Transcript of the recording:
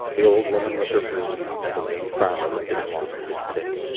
the old woman with her broom, and the lame farmer limping along with his stick.